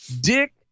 dick